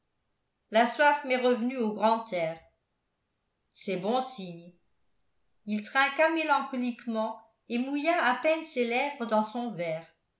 la soif m'est revenue au grand air c'est bon signe il trinqua mélancoliquement et mouilla à peine ses lèvres dans son verre